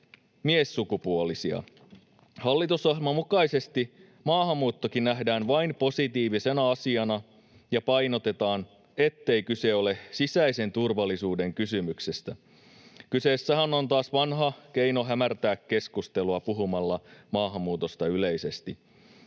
”miessukupuolisia”. Hallitusohjelman mukaisesti maahanmuuttokin nähdään vain positiivisena asiana ja painotetaan, ettei kyse ole sisäisen turvallisuuden kysymyksestä. Kyseessähän on taas vanha keino hämärtää keskustelua puhumalla maahanmuutosta yleisesti.